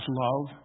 love